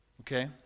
okay